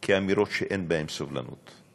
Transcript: כאמירות שאין בהן סובלנות.